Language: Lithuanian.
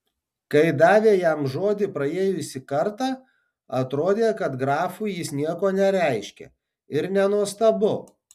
kai davė jam žodį praėjusį kartą atrodė kad grafui jis nieko nereiškia ir nenuostabu